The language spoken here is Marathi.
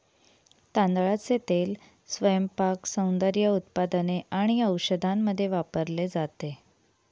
तांदळाचे तेल स्वयंपाक, सौंदर्य उत्पादने आणि औषधांमध्ये वापरले जाते